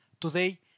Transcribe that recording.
Today